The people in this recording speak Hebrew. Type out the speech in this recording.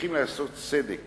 כשמצליחים לעשות סדק